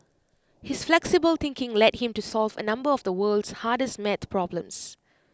his flexible thinking led him to solve A number of the world's hardest math problems